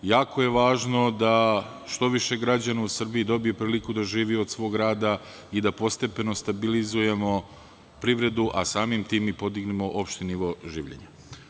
Jako je važno da što više građana u Srbiji dobije priliku da živi od svog rada i da postepeno stabilizujemo privredu, a samim tim i podignemo opšti nivo življenja.